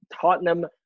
Tottenham